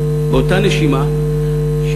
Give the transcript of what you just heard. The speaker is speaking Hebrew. באותה נשימה,